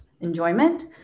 enjoyment